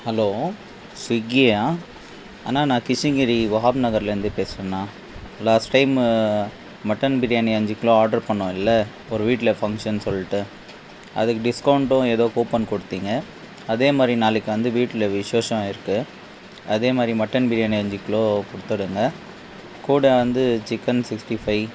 hello ஸ்விகியா அண்ணா நான் கிருஷ்ணகிரி வஹாப் நகர்லேருந்து பேசுறேண்ணா லாஸ்ட் டைம்மு மட்டன் பிரியாணி அஞ்சு கிலோ ஆர்ட்ரு பண்ணிணோம்ல்ல ஒரு வீட்டில் ஃபங்க்ஷன் சொல்லிட்டு அதுக்கு டிஸ்கவுண்ட்டும் ஏதோ கூப்பன் கொடுத்திங்க அதே மாதிரி நாளைக்கு வந்து வீட்டில் விசேஷம் இருக்குது அதே மாதிரி மட்டன் பிரியாணி அஞ்சு கிலோ கொடுத்துடுங்க கூட வந்து சிக்கன் சிக்ஸ்டி ஃபைவ்